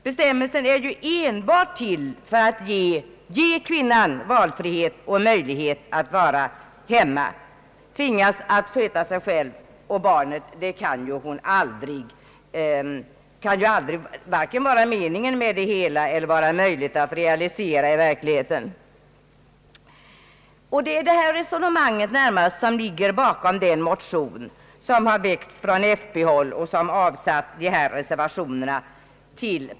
Bestämmelsen är enbart till för att ge kvinnan valfrihet och möjlighet att vara hemma. Att hon skall tvingas att sköta sig själv och barnet kan varken vara meningen med det hela eller ens möjligt att realisera. Det är bl.a. detta resonemang som ligger bakom den motion som väckts från bl.a. folkpartihåll och som avsatt de tre reservationerna.